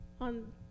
on